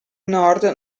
nord